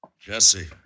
Jesse